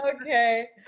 Okay